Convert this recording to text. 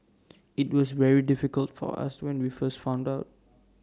IT was very difficult for us when we first found out